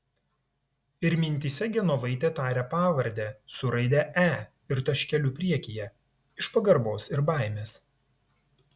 ir mintyse genovaitė taria pavardę su raide e ir taškeliu priekyje iš pagarbos ir baimės